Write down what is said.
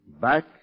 back